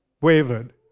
wavered